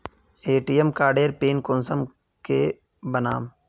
ATM कार्डेर PIN कुंसम के बनाम?